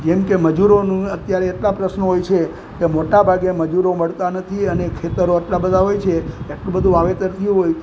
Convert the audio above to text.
જેમ કે મજૂરોનું અત્યારે એટલા પ્રશ્નો હોય છે કે મોટા ભાગે મજૂરો મળતા નથી અને ખેતરો એટલા બધા હોય છે એટલું બધું વાવેતર થયું હોય